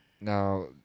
Now